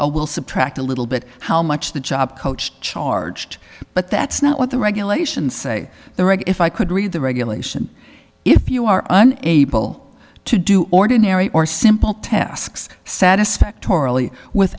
will subtract a little bit how much the job coached charged but that's not what the regulations say the reg if i could read the regulation if you are unable to do ordinary or simple tasks satisfactorily